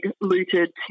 looted